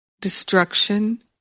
destruction